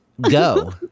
Go